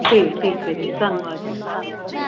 ਜੀ ਠੀਕ ਹੈ ਜੀ ਧੰਨਵਾਦ ਜੀ ਧੰਨਵਾਦ ਓਕੇ